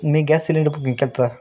मी gas cylinder booking केल होतं